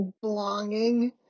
belonging